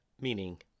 meaning